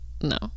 No